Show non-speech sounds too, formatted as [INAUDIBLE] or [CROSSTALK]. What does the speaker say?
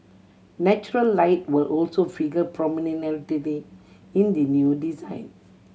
natural light will also figure [UNINTELLIGIBLE] in the new design